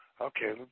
okay